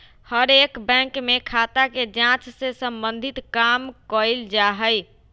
हर एक बैंक में खाता के जांच से सम्बन्धित काम कइल जा हई